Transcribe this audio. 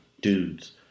dudes